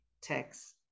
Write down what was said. text